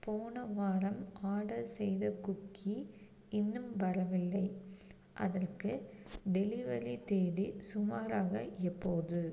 போன வாரம் ஆர்டர் செய்த குக்கீ இன்னும் வரவில்லை அதற்கு டெலிவரி தேதி சுமாராக எப்போது